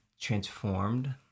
transformed